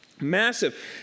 massive